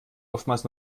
oftmals